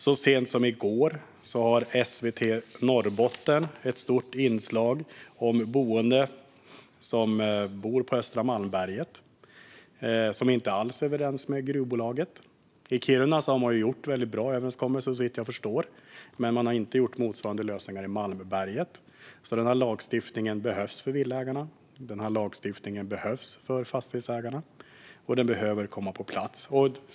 Så sent som i går hade SVT Norrbotten ett stort inslag om boende i östra Malmberget som inte alls är överens med gruvbolaget. I Kiruna har man såvitt jag förstår gjort väldigt bra överenskommelser, men man har inte fått till motsvarande lösningar i Malmberget. Denna lagstiftning behövs för villaägarna och för fastighetsägarna, och den behöver komma på plats.